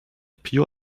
pure